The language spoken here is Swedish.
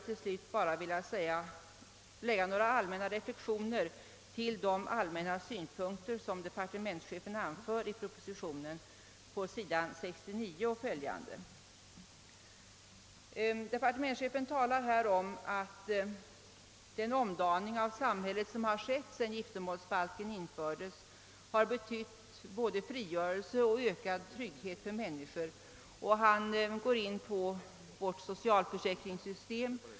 Till sist skulle jag vilja göra några reflexioner när det gäller de allmänna synpunkter som departementschefen anfört i propositionen s. 69 och följande. Departementschefen nämner där att den omdaning av samhället som ägt rum sedan giftermålsbalken infördes har betytt både frigörelse och ökad trygghet för människor. Han går också in på vårt socialförsäkringssystem.